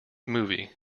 movie